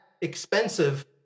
expensive